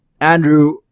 Andrew